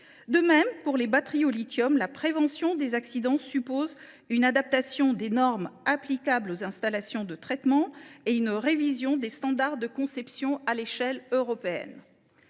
De même, pour les batteries au lithium, la prévention des accidents suppose une adaptation des normes applicables aux installations de traitement et une révision des standards de conception à l’échelle européenne.